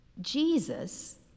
jesus